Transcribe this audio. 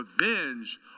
revenge